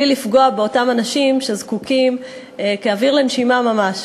בלי לפגוע באותם אנשים שזקוקים כאוויר לנשימה ממש,